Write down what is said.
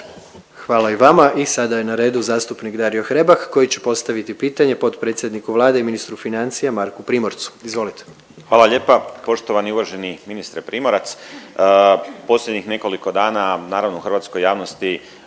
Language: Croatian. Hvala i vama. I ada je na redu zastupnik Dario Hrebak koji će postaviti pitanje potpredsjedniku Vlade i ministru financija Marku Primorcu. Izvolite. **Hrebak, Dario (HSLS)** Hvala lijepa. Poštovani i uvaženi ministre Primorac posljednjih nekoliko dana naravno u hrvatskoj javnosti